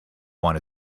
want